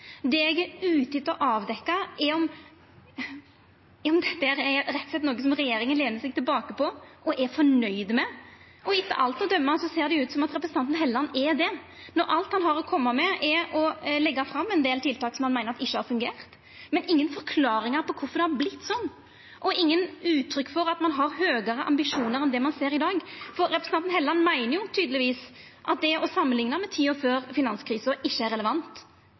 Det eg er ute etter å avdekkja, er om dette rett og slett er noko som regjeringa lener seg på og er fornøgd med. Etter alt å døma ser det ut til at representanten Helleland er det, når alt han har å koma med, er å leggja fram ein del tiltak som han meiner ikkje har fungert, men ingen forklaringar på kvifor det har vorte sånn, og ingen uttrykk for at ein har høgare ambisjonar enn det ein ser i dag. For representanten Helleland meiner tydelegvis at det å samanlikna med ti år før finanskrisa, ikkje er relevant,